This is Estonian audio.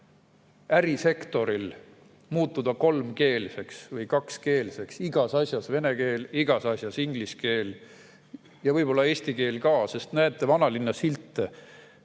ärisektoril muutuda kolmkeelseks või kakskeelseks, igas asjas vene keel, igas asjas inglise keel. Ja võib‑olla eesti keel ka, sest [vaadake] vanalinnas silte,